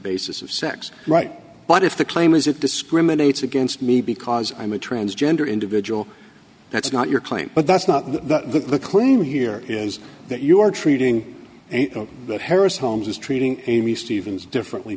basis of sex right but if the claim is it discriminates against me because i'm a transgender individual that's not your claim but that's not the the claim here is that you are treating that harris holmes is treating amy stevens differently